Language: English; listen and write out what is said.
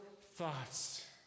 thoughts